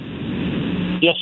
Yes